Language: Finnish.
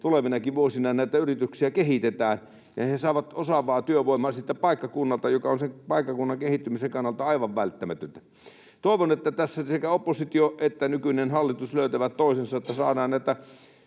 tulevinakin vuosina näitä yrityksiä kehitetään ja he saavat osaavaa työvoimaa sieltä paikkakunnalta, mikä on sen paikkakunnan kehittymisen kannalta aivan välttämätöntä. Toivon, että tässä oppositio ja nykyinen hallitus löytävät toisensa, niin että saadaan